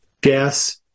gas